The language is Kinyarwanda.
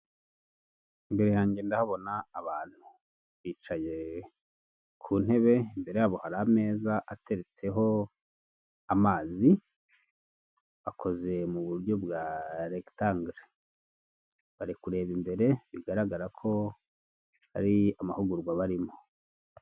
Imbere yanjye ndahabona abantu bicaye ku ntebe, imbere yabo hari ameza ateretseho amazi, akoze mu buryo bwa regitangere, bari kureba imbere bigaragara ko ari amahugurwa barimo.